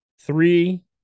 three